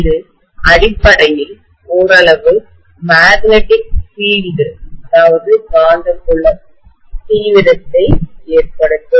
இது அடிப்படையில் ஓரளவு மேக்னெட்டிக் பீல்டு காந்தப்புல தீவிரத்தை ஏற்படுத்தும்